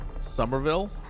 Somerville